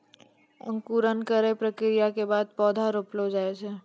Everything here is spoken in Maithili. अंकुरन केरो प्रक्रिया क बाद पौधा रोपलो जाय छै